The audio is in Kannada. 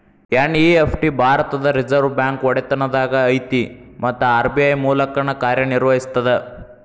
ಎನ್.ಇ.ಎಫ್.ಟಿ ಭಾರತದ್ ರಿಸರ್ವ್ ಬ್ಯಾಂಕ್ ಒಡೆತನದಾಗ ಐತಿ ಮತ್ತ ಆರ್.ಬಿ.ಐ ಮೂಲಕನ ಕಾರ್ಯನಿರ್ವಹಿಸ್ತದ